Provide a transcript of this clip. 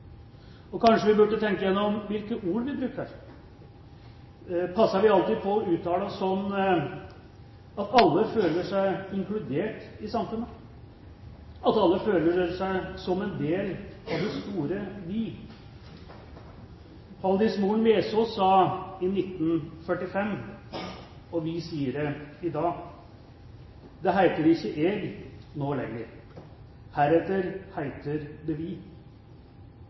Kanskje vi burde tenke gjennom hvilke ord vi bruker. Passer vi alltid på å uttale oss sånn at alle føler seg inkludert i samfunnet, at alle føler seg som en del av det store vi? Haldis Moren Vesaas sa i 1945, og vi sier det i dag: «Det heiter ikkje: eg – no lenger. Heretter heiter